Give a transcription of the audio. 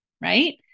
right